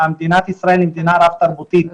מדינת ישראל היא מדינה רב תרבותית,